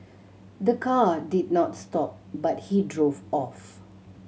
the car did not stop but he drove off